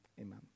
Amen